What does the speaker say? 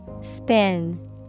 Spin